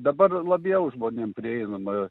dabar labiau žmonėm prieinama